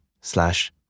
slash